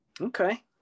okay